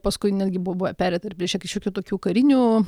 paskui netgi buvo pereita ir prie šiokių tokių karinių